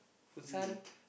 really